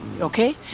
Okay